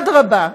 אדרבה,